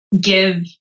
give